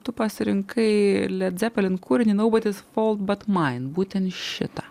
tu pasirinkai led zeppelin kūrinį nobodys fault but mine būtent šitą